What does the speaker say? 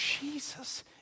Jesus